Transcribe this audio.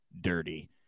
dirty